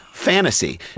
fantasy